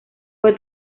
fue